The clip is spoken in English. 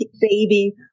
Baby